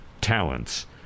talents